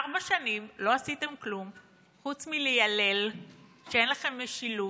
ארבע שנים לא עשיתם כלום חוץ מליילל שאין לכם משילות.